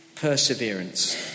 perseverance